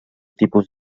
tipus